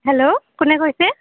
hello কোনে কৈছে